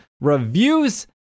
reviews